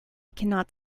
cannot